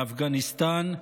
מאפגניסטן,